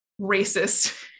racist